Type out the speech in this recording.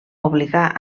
obligà